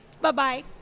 Bye-bye